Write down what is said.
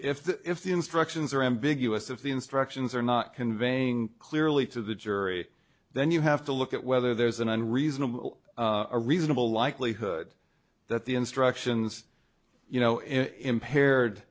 if the if the instructions are ambiguous if the instructions are not conveying clearly to the jury then you have to look at whether there's an unreasonable a reasonable likelihood that the instructions you know impaired